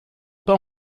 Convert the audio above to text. pas